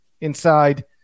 inside